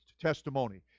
testimony